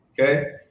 okay